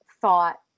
thought